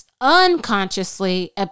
unconsciously